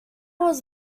was